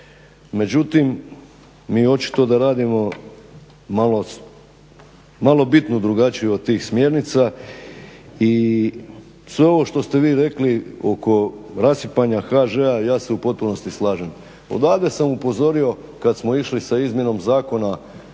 Međutim, mi očito da radimo malo bitno drugačije od tih smjernica i sve ovo što ste vi rekli oko rasipanja HŽ-a, ja se u potpunosti slažem. Odavde sam upozorio kad smo išli sa izmjenom Zakona